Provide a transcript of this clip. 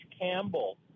Campbell